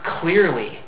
clearly